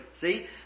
See